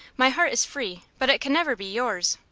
my heart is free, but it can never be yours.